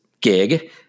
gig